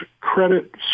credit